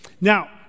Now